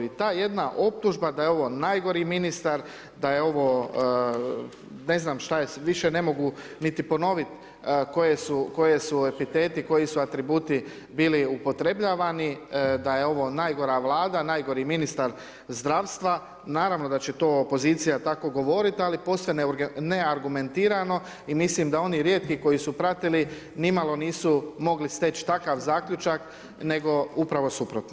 I ta jedna optužba da je ovo najgori ministar, da je ovo ne znam šta je, više ne mogu niti ponovit koji su epiteti, koji su atributi bili upotrebljavani da je ovo najgora Vlada, najgori ministar zdravstva, naravno da će to opozicija tako govorit ali posve neargumentirano i mislim da oni rijetki koji su pratili nimalo nisu mogli steć takav zaključak nego upravo suprotno.